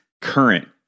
current